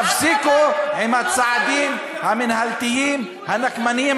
תפסיקו עם הצעדים המינהלתיים הנקמניים